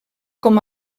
com